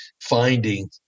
finding